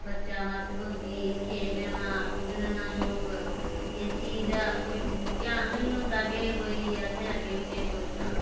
बच्चा मत्त गै होंदी ऐ खेलने दा कुद्दने दा शौक किश चीज दा कोई ध्यान गै नेईं होंदा के कोई असें अग्गै बी किश सोचना